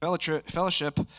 Fellowship